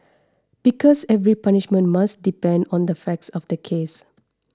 because every punishment must depend on the facts of the case